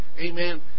Amen